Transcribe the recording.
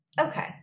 Okay